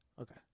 Okay